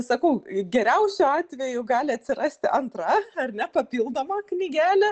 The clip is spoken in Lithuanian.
sakau geriausiu atveju gali atsirasti antra ar ne papildoma knygelė